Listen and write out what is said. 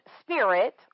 spirit